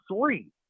three